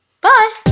Bye